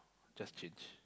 just change